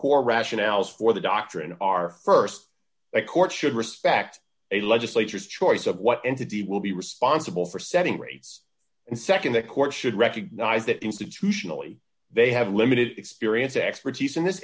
core rationales for the doctrine of our st court should respect a legislature's choice of what entity will be responsible for setting rates and nd the court should recognize that institutionally they have limited experience or expertise in this